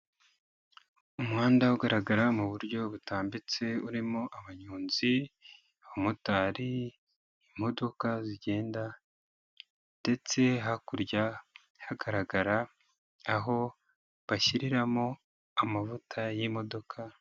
Umuhanda ugaragara mu buryo butambitse, urimo abanyonzi, abamotari, imodoka zigenda ndetse hakurya hagaragara aho bashyiriramo amavuta y'imodoka...